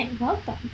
Welcome